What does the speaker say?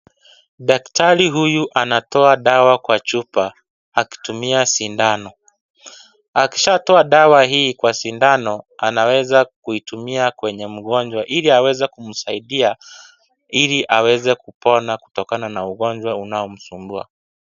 Daktari huyu anatoa dawa kwa chupa akitumia sindano akisha toa dawa hii kwa sindano anaweza kuitumia kwenye mgonjwa ili aweze kumsaidia ili aweze ili aweze kupona kutokana na ugonjwa unao msumbua.